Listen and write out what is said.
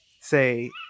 say